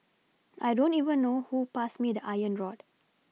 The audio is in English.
I don't even know who passed me the iron rod